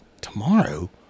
Tomorrow